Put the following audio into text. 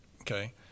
Okay